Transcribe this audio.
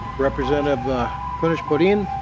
representative kunesh-podein.